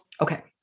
Okay